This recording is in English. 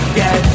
get